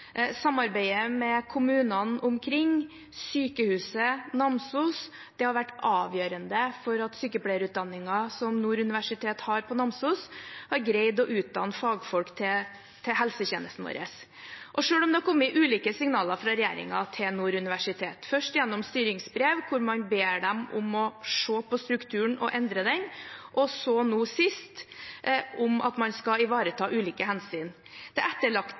Samarbeidet med kommunene omkring Sykehuset Namsos har vært avgjørende for at sykepleierutdanningen som Nord universitet har på Namsos, har greid å utdanne fagfolk til helsetjenesten vår. Selv om det har kommet ulike signaler fra regjeringen til Nord universitet, først gjennom styringsbrev, hvor man ber dem om å se på strukturen og endre den, og, nå sist, om at man skal ivareta ulike hensyn, er det